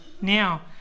now